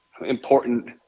important